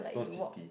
Snow-City